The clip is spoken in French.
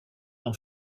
d’en